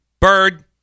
Bird